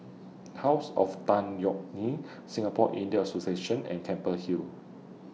House of Tan Yeok Nee Singapore Indian Association and Keppel Hill